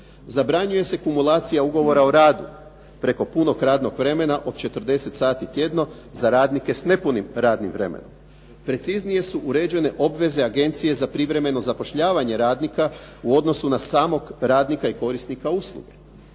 Zabranjuje se kumulacija ugovora o radu preko punog radnog vremena od 40 sati tjedno za radnike s nepunim radnom vremenom. Preciznije su uređene obveze Agencije za privremeno zapošljavanje radnika u odnosu na samog radnika i korisnika usluge.